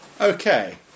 okay